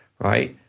right?